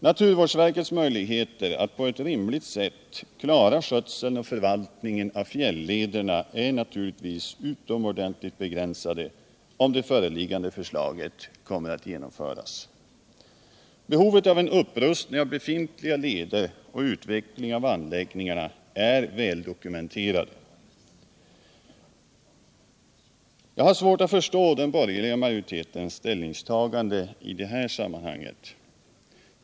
Naturvårdsverkets möjligheter att på ett rimligt sätt klara skötseln och förvaltningen av fjällederna är naturligtvis utomordentligt begränsade, om det föreliggande förslaget genomförs. Behoven av en upprustning av befintliga leder och utveckling av anläggningarna är väldokumenterade. Jag har svårt att förstå den borgerliga majoritetens ställningstagande i sammanhanget.